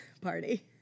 Party